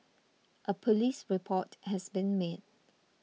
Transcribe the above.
a police report has been made